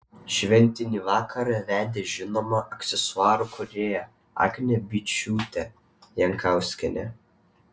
šventinį vakarą vedė žinoma aksesuarų kūrėja agnė byčiūtė jankauskienė